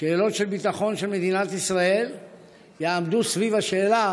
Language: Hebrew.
שאלות של ביטחון של מדינת ישראל יעמדו סביב השאלה